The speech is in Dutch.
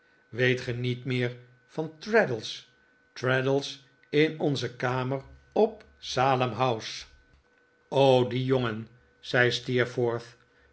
weet ge niet meer van traddles traddles in onze kamer op salem house die jongen zei